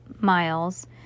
miles